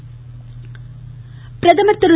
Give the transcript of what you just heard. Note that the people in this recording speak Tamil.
பிரதமர் பிரதமர் திரு